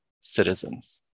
citizens